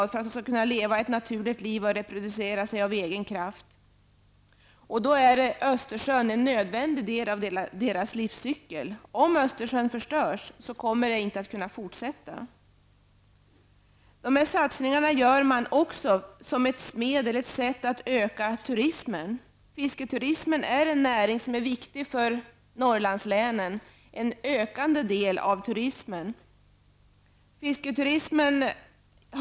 De skall där kunna leva ett naturligt liv och reproducera sig av egen kraft. Östersjön är en nödvändig del i laxens livscykel. Om Östersjön förstörs kommer laxen inte att kunna leva vidare. Dessa satsningar görs också för att öka turismen. Fisketurismen är en viktig näring för Norrlandslänen och utgör en ökande del av turismen.